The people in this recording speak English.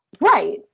Right